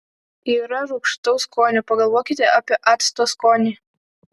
yra rūgštaus skonio pagalvokite apie acto skonį